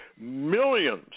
millions